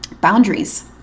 boundaries